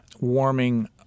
Warming